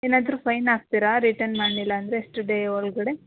ಏನಾದರೂ ಫೈನ್ ಹಾಕ್ತೀರಾ ರಿಟನ್ ಮಾಡ್ಲಿಲ್ಲ ಅಂದರೆ ಅಷ್ಟು ಡೇ ಒಳಗಡೆ